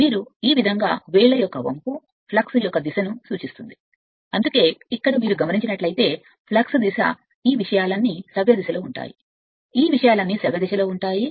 మరియు మీరు ఈ విధంగా వేలును వంకరగా చేస్తే ఫ్లక్స్ యొక్క దిశ ఉంటుంది అందుకే ఇక్కడ మీరు చూస్తే ఫ్లక్స్ దిశ ఈ విషయాలన్నీ సవ్యదిశలో ఉంటాయి ఈ విషయాలన్నీ సవ్యదిశలో ఉంటాయి